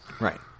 Right